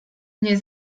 nie